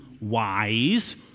wise